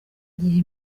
gihe